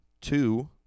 two